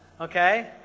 Okay